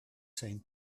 same